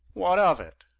what of it?